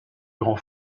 grands